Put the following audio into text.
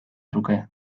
truke